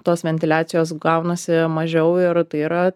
tos ventiliacijos gaunasi mažiau ir tai yra